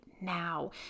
now